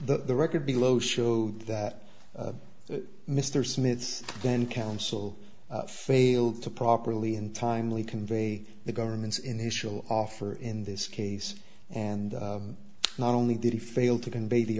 case the record below showed that mr smith's then counsel failed to properly and timely convey the government's initial offer in this case and not only did he fail to convey the